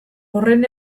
horren